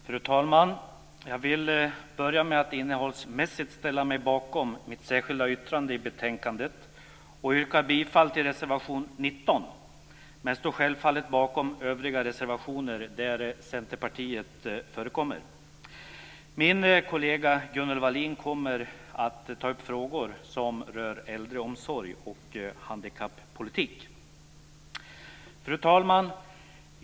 Fru talman! Jag vill börja med att innehållsmässigt ställa mig bakom mitt särskilda yttrande till betänkandet och yrkar bifall till reservation 19. Men jag står självfallet bakom övriga reservationer där Centerpartiet förekommer. Min kollega Gunnel Wallin kommer att ta upp frågor som rör äldreomsorg och handikappolitik. Fru talman!